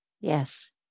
Yes